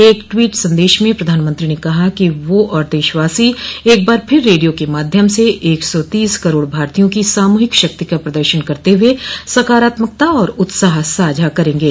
एक ट्वीट संदेश में प्रधानमंत्री ने कहा कि वह और देशवासी एक बार फिर रेडियो के माध्यम से एक सौ तीस करोड़ भारतीयों की सामूहिक शक्ति का प्रदर्शन करते हुए सकारात्मकता और उत्साह साझा करेंगे